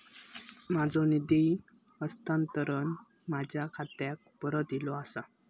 माझो निधी हस्तांतरण माझ्या खात्याक परत इले आसा